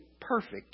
perfect